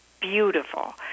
beautiful